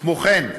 כמו כן,